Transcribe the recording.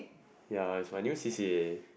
ya is my new C_C_A